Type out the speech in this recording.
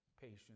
patient